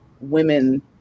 women